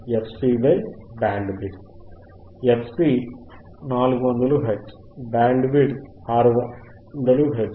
fC 400 hertz bandwidth 60 hertz